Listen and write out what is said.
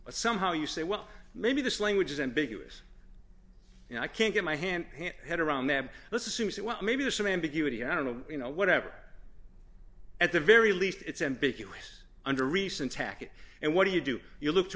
but somehow you say well maybe this language is ambiguous and i can't get my hand head around them let's assume that well maybe there's some ambiguity i don't know you know whatever at the very least it's ambiguous under recent tackett and what do you do you l